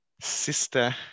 Sister